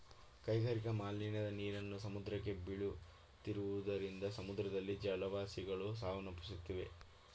ಕೈಗಾರಿಕಾ ಮಾಲಿನ್ಯದ ನೀರನ್ನು ಸಮುದ್ರಕ್ಕೆ ಬೀಳುತ್ತಿರುವುದರಿಂದ ಸಮುದ್ರದಲ್ಲಿನ ಜಲವಾಸಿಗಳು ಸಾವನ್ನಪ್ಪುತ್ತಿವೆ